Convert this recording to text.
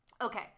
Okay